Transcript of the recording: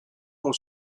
pour